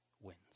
wins